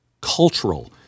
cultural